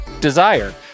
Desire